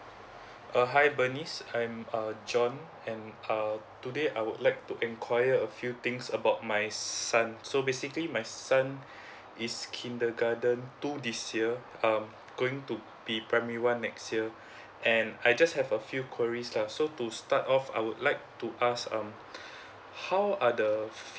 uh hi bernice I'm john um and uh today I would like to inquire a few things about my son so basically my son is kindergarten two this year um going to be primary one next year and I just have a few queries lah so to start off I would like to ask um how are the fee